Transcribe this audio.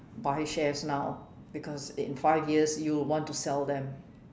buy shares now because in five years you would want to sell them